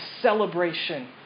celebration